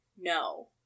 no